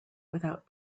without